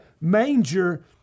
manger